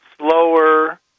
slower